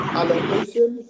allocation